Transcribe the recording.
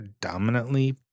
predominantly